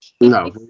No